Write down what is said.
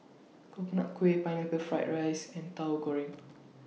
Coconut Kuih Pineapple Fried Rice and Tauhu Goreng